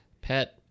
pet